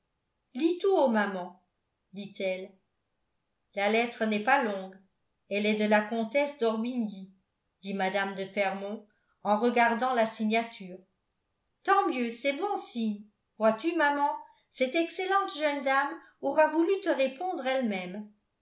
tout haut maman dit-elle la lettre n'est pas longue elle est de la comtesse d'orbigny dit mme de fermont en regardant la signature tant mieux c'est bon signe vois-tu maman cette excellente jeune dame aura voulu te répondre elle-même